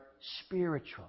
spiritual